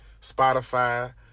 Spotify